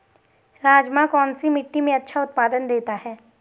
राजमा कौन सी मिट्टी में अच्छा उत्पादन देता है?